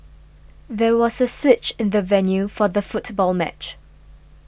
there was a switch in the venue for the football match